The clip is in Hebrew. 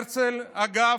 הרצל, אגב,